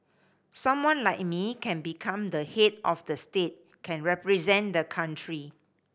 someone like me can become the head of state can represent the country